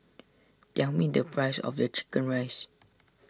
tell me the price of the Chicken Rice